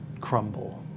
crumble